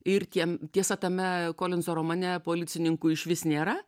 ir tiem tiesa tame kolinso romane policininkų išvis nėra